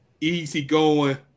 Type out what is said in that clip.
easygoing